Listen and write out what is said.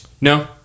no